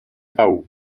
pau